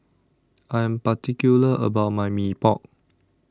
I Am particular about My Mee Pok